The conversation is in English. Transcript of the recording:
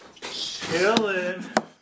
chillin